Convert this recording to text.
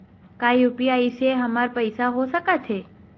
का यू.पी.आई से हमर पईसा हो सकत हे?